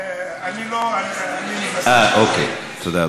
אני לא, אני מבקש, אוקיי, תודה רבה.